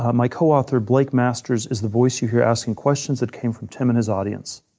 um my co-author, blake masters, is the voice you hear asking questions that came from tim and his audience.